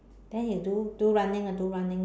then you do do running lah do running